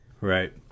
Right